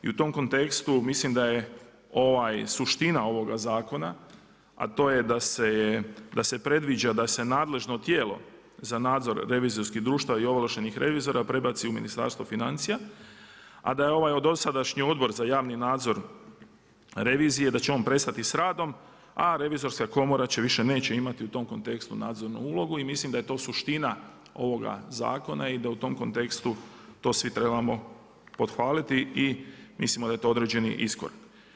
I u tom kontekstu mislim da je suština ovoga zakona, a to je da se predviđa da se nadležno tijelo za nadzor revizorskih društava i ovlaštenih revizora prebaci u Ministarstvo financija, a da je ovaj dosadašnji Odbor za javni nadzor revizije da će on prestati s radom, a Revizorska komora više neće imati u tom kontekstu nadzornu ulogu i mislim da je to suština ovoga zakona i da u tom kontekstu to svi trebamo pohvaliti i mislimo da je to određeni iskorak.